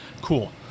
cool